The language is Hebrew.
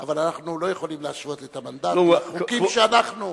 אבל אנחנו לא יכולים להשוות את המנדט עם חוקים שאנחנו,